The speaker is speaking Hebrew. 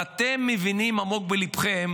אתם מבינים עמוק בליבכם